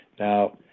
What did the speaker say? Now